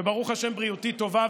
וברוך השם בריאותי טובה,